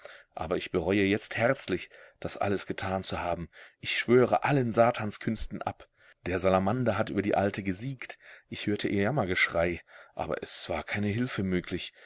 aber ich bereue jetzt herzlich das alles getan zu haben ich schwöre allen satanskünsten ab der salamander hat über die alte gesiegt ich hörte ihr jammergeschrei aber es war keine hilfe möglich